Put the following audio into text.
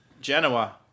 Genoa